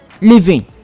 living